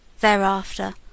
Thereafter